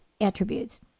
attributes